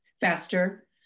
faster